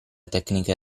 tecniche